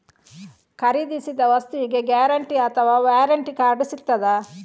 ಖರೀದಿಸಿದ ವಸ್ತುಗೆ ಗ್ಯಾರಂಟಿ ಅಥವಾ ವ್ಯಾರಂಟಿ ಕಾರ್ಡ್ ಸಿಕ್ತಾದ?